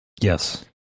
Yes